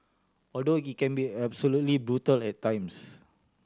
although it can be absolutely brutal at times